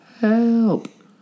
help